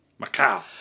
Macau